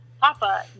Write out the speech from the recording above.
Papa